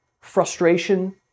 frustration